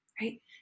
right